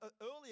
earlier